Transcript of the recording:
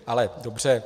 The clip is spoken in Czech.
Ale dobře.